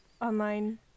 online